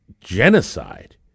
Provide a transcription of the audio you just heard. genocide